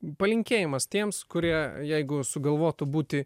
palinkėjimas tiems kurie jeigu sugalvotų būti